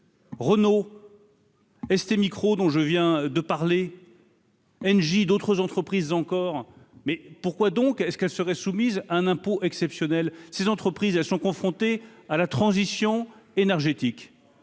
Renault. STMicro dont je viens de parler. Engie d'autres entreprises encore mais pourquoi donc ce qu'elles seraient soumises à un impôt exceptionnel, ces entreprises elles sont confrontées à la transition énergétique,